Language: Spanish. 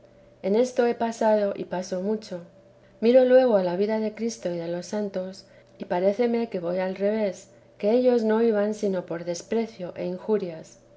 efl esto he pasado y paso mucho miro luego a la vida de cristo y de los santos y paréceme que voy al revés que ellos no iban sino por desprecio e injurias